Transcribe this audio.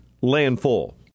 landfall